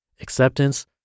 Acceptance